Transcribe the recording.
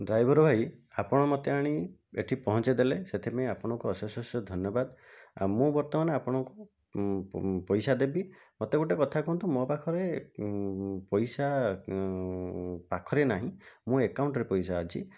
driver ଭାଇ ଆପଣ ମୋତେ ଆଣି ଏଠି ପହଞ୍ଚେଇ ଦେଲେ ସେଥିପାଇଁ ଆପଣଙ୍କୁ ଅଶେଷ ଅଶେଷ ଧନ୍ୟବାଦ ଆଉ ମୁଁ ବର୍ତ୍ତମାନ ଆପଣଙ୍କୁ ପଇସା ଦେବି ମୋତେ ଗୋଟେ କଥା କୁହନ୍ତୁ ମୋ ପାଖରେ ପଇସା ପାଖରେ ନାହିଁ ମୋ ଆକାଉଣ୍ଟରେ ପଇସା ଅଛି